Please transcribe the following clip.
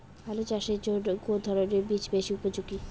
আলু চাষের জন্য কোন ধরণের বীজ বেশি উপযোগী?